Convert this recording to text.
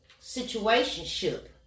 situationship